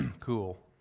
cool